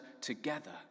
together